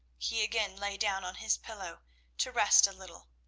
he again lay down on his pillow to rest a little.